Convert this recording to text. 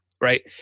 Right